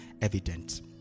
evident